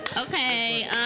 Okay